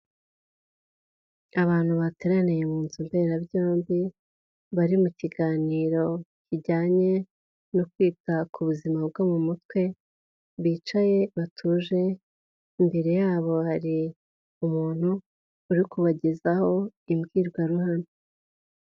Abantu bateraniye mu nzu mberabyombi, bari mu kiganiro kijyanye no kwita ku buzima bwo mu mutwe, bicaye batuje, imbere yabo hari umuntu uri kubagezaho imbwirwaruhame.